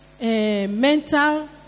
mental